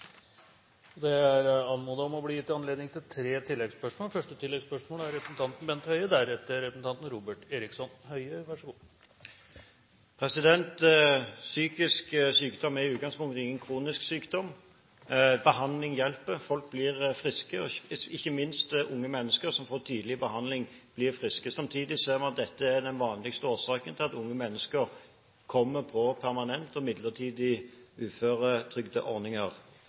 Det er anmodet om og blir gitt anledning til tre oppfølgingsspørsmål – først representanten Bent Høie. Psykisk sykdom er i utgangspunktet ingen kronisk sykdom. Behandling hjelper, folk blir friske, og ikke minst unge mennesker som får tidlig behandling, blir friske. Samtidig ser vi at dette er den vanligste årsaken til at unge mennesker kommer på permanente og